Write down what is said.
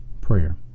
prayer